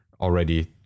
already